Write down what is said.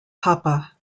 papa